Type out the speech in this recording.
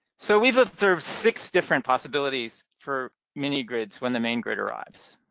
so we've observed six different possibilities for mini-grids when the main grid arrives.